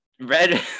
red